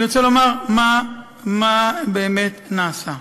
אני רוצה לומר מה באמת נעשה.